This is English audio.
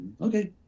Okay